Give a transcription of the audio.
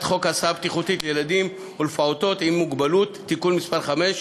חוק הסעה בטיחותית לילדים ולפעוטות עם מוגבלות (תיקון מס' 5),